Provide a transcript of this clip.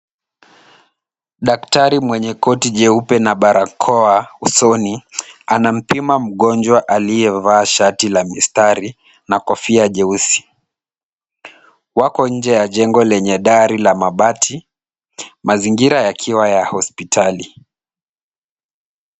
Daktari mwenye koti jeupe na barakoa usoni, anampima mgonjwa aliyevaa shati la mistari na kofia jeusi. Wako nje ya jengo lenye dari la mabati, mazingira yakiwa ya hospitali.